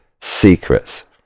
secrets